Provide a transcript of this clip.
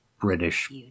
British